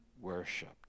worshipped